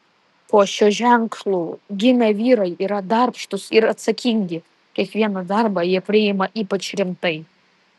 po šiuo ženklu gimę vyrai yra darbštūs ir atsakingi kiekvieną darbą jie priima ypač rimtai